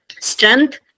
strength